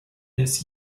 this